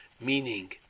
meaning